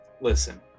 Listen